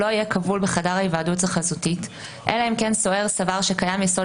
לא יהיה כבול בחדר ההיוועדות החזותית אלא אם כן סוהר סבר שקיים יסוד